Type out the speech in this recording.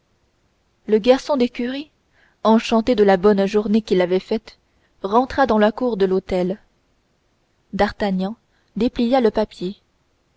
le garçon d'écurie enchanté de la bonne journée qu'il avait faite rentra dans la cour de l'hôtel d'artagnan déplia le papier